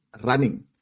running